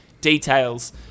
details